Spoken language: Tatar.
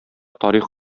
тарих